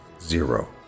zero